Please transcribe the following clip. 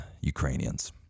Ukrainians